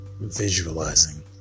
visualizing